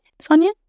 Sonia